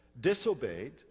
disobeyed